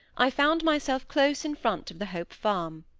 i found myself close in front of the hope farm.